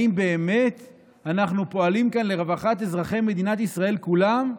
האם באמת אנחנו פועלים כאן לרווחת אזרחי מדינת ישראל כולם,